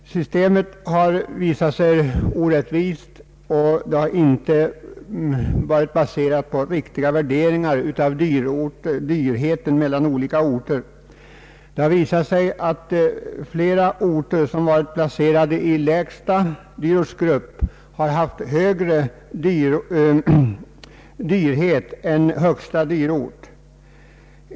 Systemet har visat sig orättvist, och det är inte baserat på riktiga värderingar av skillnaderna i dyrhet mellan olika orter. Det har visat sig att flera orter som varit placerade i lägsta dyrortsgruppen har haft högre dyrhet än orter i den högsta gruppen.